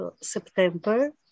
September